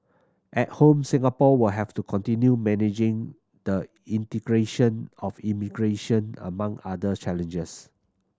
at home Singapore will have to continue managing the integration of immigration among other challenges